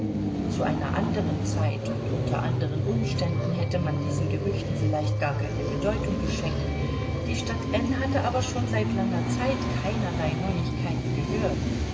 zu einer anderen zeit und unter anderen umständen hätte man diesen gerüchten vielleicht gar keine beachtung geschenkt die stadt n hatte aber schon seit langer zeit keinerlei neuigkeiten gehört